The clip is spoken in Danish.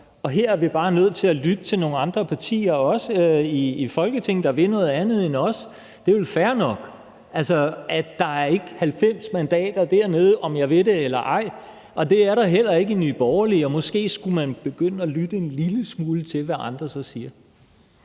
Her er vi bare nødt til at lytte til nogle andre partier i Folketinget, der vil noget andet end os. Det er vel fair nok. Altså, der er ikke 90 mandater her, om jeg vil det eller ej. Det er der heller ikke i Nye Borgerlige, og måske skulle man begynde at lytte en lille smule til, hvad andre så siger.